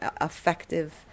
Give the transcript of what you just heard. effective